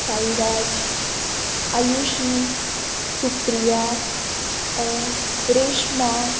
Sairaj Ayushi Supriya Reshma